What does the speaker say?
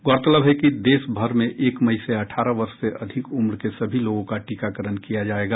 गौरतलब है कि देश भर में एक मई से अठारह वर्ष से अधिक उम्र के सभी लोगों का टीकाकरण किया जायेगा